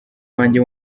wanjye